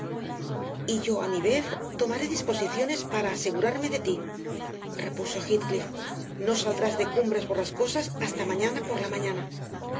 yo a mí vez tomaré disposiciones para asegurarme de ti repuso heathcliff no saldrás de cumbres borrascosas hasta mañana por la mañana